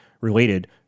related